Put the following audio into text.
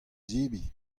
zebriñ